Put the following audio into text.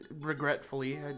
regretfully